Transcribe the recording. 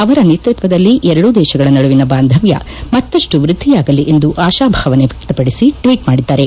ಅವರ ನೇತೃತ್ವದಲ್ಲಿ ಎರಡೂ ದೇತಗಳ ನಡುವಿನ ಬಾಂಧವ್ದ ಮತ್ತಪ್ಪು ವೃದ್ದಿಯಾಗಲಿ ಎಂದು ಆಶಾಭಾವನೆ ವ್ಯಕ್ತಪಡಿಸಿ ಟ್ನೀಟ್ ಮಾಡಿದ್ಲಾರೆ